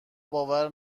باور